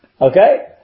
Okay